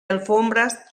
alfombras